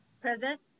Present